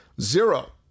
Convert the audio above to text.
Zero